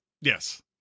Yes